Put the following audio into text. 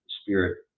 spirit